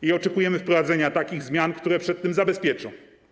I oczekujemy wprowadzenia takich zmian, które przed tym zabezpieczą.